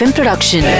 Production